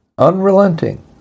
Unrelenting